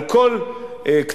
על כל קצותיה,